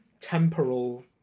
temporal